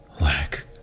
lack